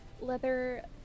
Leather